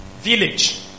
village